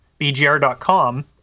bgr.com